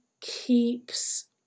keeps